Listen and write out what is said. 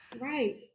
Right